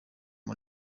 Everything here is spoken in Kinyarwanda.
cya